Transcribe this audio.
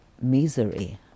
misery